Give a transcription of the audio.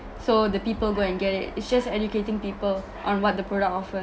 so the people go and get it it's just educating people on what the product offer